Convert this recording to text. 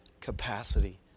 capacity